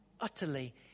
utterly